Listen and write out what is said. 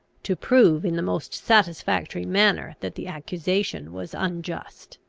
to prove in the most satisfactory manner that the accusation was unjust.